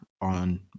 on